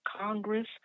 Congress